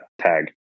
tag